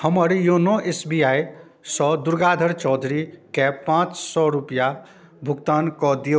हमर YONO S B I सँ दुर्गाधर चौधरीके पाँच सौ रुपैआ भुगतान कऽ दिऔ